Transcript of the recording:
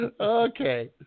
Okay